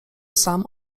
sam